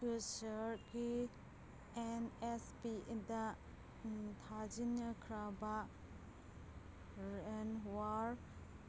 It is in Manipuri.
ꯇꯨꯁꯔꯒꯤ ꯑꯦꯟ ꯑꯦꯁ ꯄꯤꯗ ꯊꯥꯖꯤꯟꯈ꯭ꯔꯕ ꯔꯦꯟꯋꯥꯔ